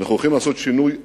אנחנו הולכים לעשות שינוי עצום,